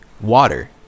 water